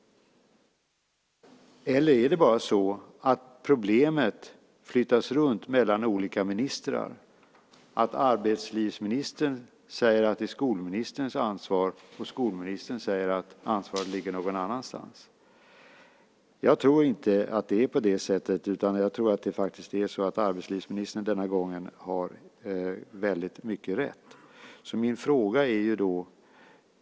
Flyttas problemet runt mellan olika ministrar? Arbetslivsministern säger att det är skolministerns ansvar, och skolministern säger att ansvaret ligger någon annanstans. Jag tror inte att det är så. Jag tror att arbetslivsministern denna gång har rätt.